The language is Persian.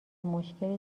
مشکلی